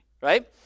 right